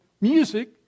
music